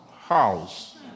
house